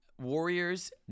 Warriors